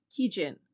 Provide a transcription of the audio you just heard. Kijin